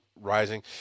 rising